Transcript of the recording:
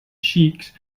xics